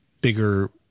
bigger